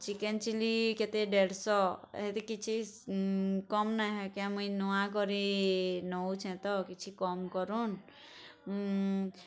chicken chilli କେତେ ଦେଢ଼ ଶହ ହେଥି କିଛି କମ୍ ନାଇଁହୁଏ କେଁ ମୁଇଁ ନୂଆ କରି ନଉଛେ ତ କିଛି କମ୍ କରୁନ୍